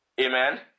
Amen